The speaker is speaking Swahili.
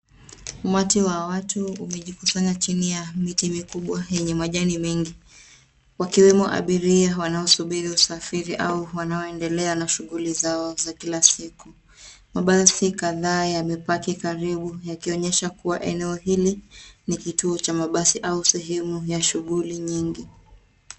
umati wa watu imejikusanya chini ya mti mkubwa yenye majani mengi wakiwemo abiria wanaosafiri au wanaoendelea na shughuli zao za kila siku Mabasi kadhaa yamepaki karibu yakionyesha kuwa eneo hili ni kituo cha mabasi au sehemu ya shughuli nyingi.